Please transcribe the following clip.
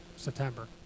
September